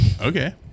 okay